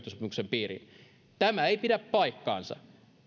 piiriin tämä ei pidä paikkaansa